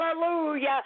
Hallelujah